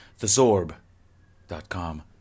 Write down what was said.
Thezorb.com